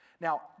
Now